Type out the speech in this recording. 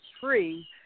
free